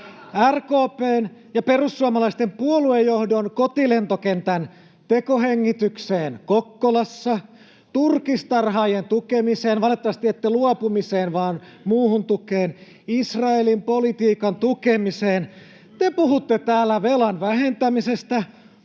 RKP:n ja perussuomalaisten puoluejohdon kotilentokentän tekohengitykseen Kokkolassa, turkistarhaajien tukemiseen — valitettavasti ette luopumiseen vaan muuhun tukeen — Israelin politiikan tukemiseen. Te puhutte täällä velan vähentämisestä,